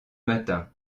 matin